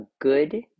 good